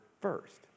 first